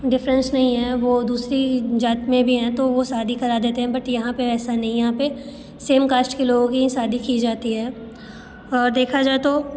difference नहीं है वो दूसरी जात में भी हैं तो वो शादी करा देते हैं बट यहाँ पर ऐसा नहीं यहाँ पर सेम काश्ट के लोगों की ही शादी की जाती है और देखा जाए तो